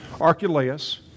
Archelaus